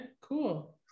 cool